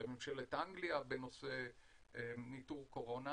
לממשלת אנגליה בנושא ניטור קורונה.